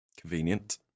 convenient